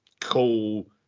cool